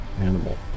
animal